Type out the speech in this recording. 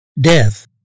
Death